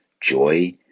joy